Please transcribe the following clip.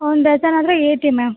ಒಂದು ಡಸನ್ ಅಂದರೆ eighty ma'am